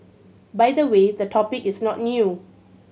by the way the topic is not new